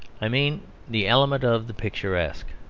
i mean the element of the picturesque.